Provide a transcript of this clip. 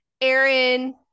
Aaron